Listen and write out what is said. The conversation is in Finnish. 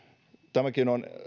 tämäkin on